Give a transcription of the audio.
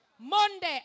Monday